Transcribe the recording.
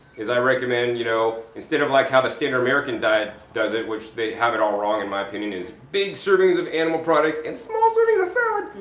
i recommend, you know, instead of like how the standard american diet does it, which they have it all wrong in my opinion, is big servings of animal products and small servings of salads.